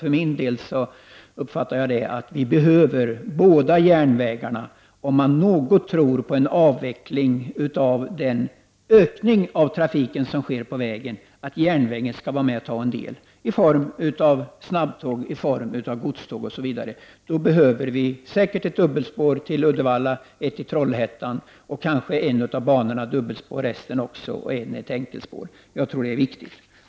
För min del uppfattar jag det som att båda järnvägarna behövs, om man tror något på en minskad ökning av trafiken på vägarna och att järnvägen skall vara med och ta en del av denna med snabbtåg, godståg osv. Då behövs säkert ett dubbelspår till Uddevalla och ett till Trollhättan eller kanske dubbelspår på en av banorna och enkelspår på en. Jag tror att detta är viktigt.